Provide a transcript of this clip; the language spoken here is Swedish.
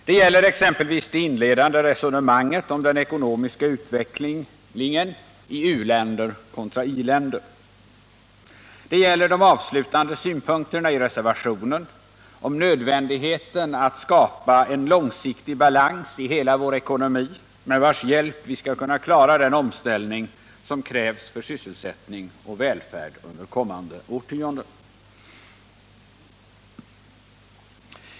Det gäller exempelvis det inledande resonemanget om den ekonomiska utvecklingen i u-länder kontra industriländerna, och det gäller de avslutande synpunkterna i reservationen om nödvändigheten av att skapa en långsiktig balans i vår ekonomi, med vars hjälp vi skall kunna klara den omställning som krävs för sysselsättning och välfärd under kommande årtionden.